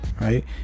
right